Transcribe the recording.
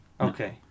Okay